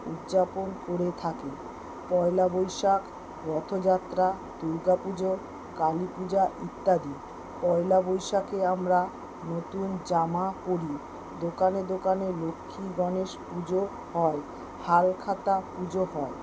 উদযাপন করে থাকি পয়লা বৈশাখ রথযাত্রা দুর্গা পুজো কালী পূজা ইত্যাদি পয়লা বৈশাখে আমরা নতুন জামা পরি দোকানে দোকানে লক্ষ্মী গণেশ পুজো হয় হালখাতা পুজো হয়